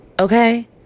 Okay